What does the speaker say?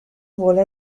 vuole